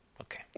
Okay